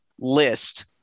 list